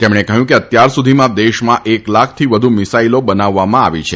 તેમણે કહ્યું કે અત્યાર સુધીમાં દેશમાં એક લાખથી વધુ મિસાઇલો બનાવવામાં આવી છે